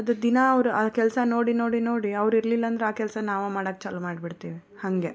ಅದು ದಿನಾ ಅವರು ಆ ಕೆಲಸ ನೋಡಿ ನೋಡಿ ನೋಡಿ ಅವ್ರು ಇರಲಿಲ್ಲ ಅಂದ್ರೆ ಆ ಕೆಲಸ ನಾವು ಮಾಡೋಕೆ ಚಾಲೂ ಮಾಡ್ಬಿಡ್ತೀವಿ ಹಾಗೆ